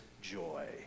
joy